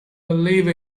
believe